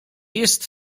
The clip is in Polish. jest